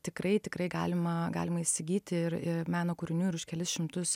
tikrai tikrai galima galima įsigyti ir i meno kūrinių ir už kelis šimtus